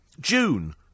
June